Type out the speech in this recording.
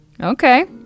Okay